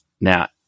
Now